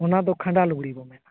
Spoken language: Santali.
ᱚᱱᱟ ᱫᱚ ᱠᱷᱟᱸᱰᱟ ᱞᱩᱜᱽᱲᱤᱵᱚ ᱢᱮᱱᱟ